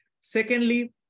Secondly